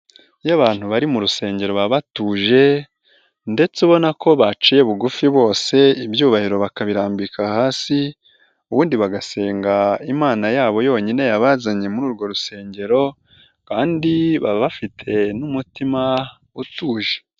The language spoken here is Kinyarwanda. Iyo abantu bari mu rusengero baba batuje ndetse ubona ko baciye bugufi bose ibyubahiro bakabirambika hasi, ubundi bagasenga Imana yabo yonyine yabazanye muri urwo rusengero kandi baba bafite n'umutima utuje.